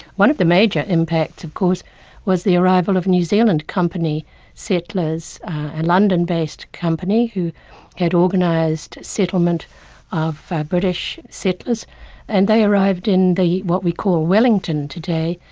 one of the major impacts of course was the arrival of new zealand company settlers, a london-based company who had organised settlement of british settlers and they arrived in the what we call wellington today,